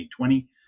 2020